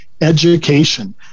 education